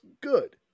good